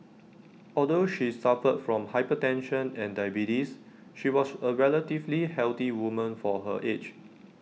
although she suffered from hypertension and diabetes she was A relatively healthy woman for her age